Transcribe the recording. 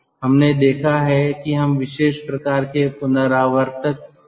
हमने देखा है कि हम विशेष प्रकार के रिकूपरेटर में जाते हैं